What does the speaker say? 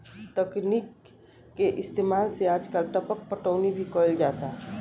तकनीक के इस्तेमाल से आजकल टपक पटौनी भी कईल जाता